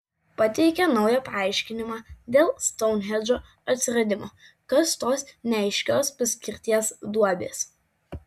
pateikė naują paaiškinimą dėl stounhendžo atsiradimo kas tos neaiškios paskirties duobės